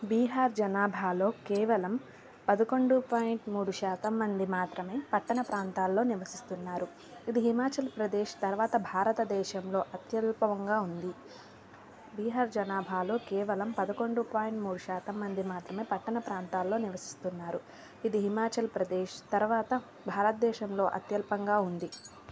బీహార్ జనాభాలో కేవలం పదకొండు పాయింట్ మూడు శాతం మంది మాత్రమే పట్టణ ప్రాంతాల్లో నివసిస్తున్నారు ఇది హిమాచల్ప్రదేశ్ తర్వాత భారతదేశంలో అత్యల్పంగా ఉంది బీహార్ జనాభాలో కేవలం పదకొండు పాయింట్ మూడు శాతం మంది మాత్రమే పట్టణ ప్రాంతాల్లో నివసిస్తున్నారు ఇది హిమాచల్ప్రదేశ్ తర్వాత భారతదేశంలో అత్యల్పంగా ఉంది